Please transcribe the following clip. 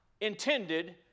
intended